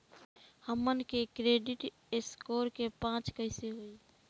हमन के credit score के जांच कैसे होइ?